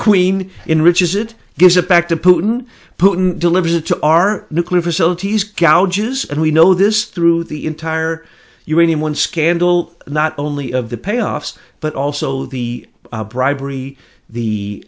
queen in riches it gives it back to putin putin delivers it to our nuclear facilities cow juice and we know this through the entire year anyone scandal not only of the payoffs but also the bribery the